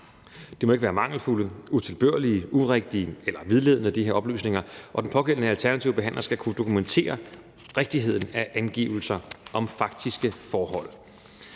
ikke må være mangelfulde, utilbørlige, urigtige eller vildledende, og at den pågældende alternative behandler skal kunne dokumentere rigtigheden af angivelser om faktiske forhold.